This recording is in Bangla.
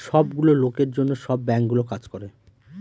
সব গুলো লোকের জন্য সব বাঙ্কগুলো কাজ করে